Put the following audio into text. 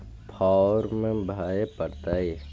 Farm भरे परतय?